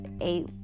eight